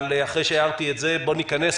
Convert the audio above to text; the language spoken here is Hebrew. אבל אחרי שהערתי את זה, בוא ניכנס.